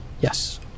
Yes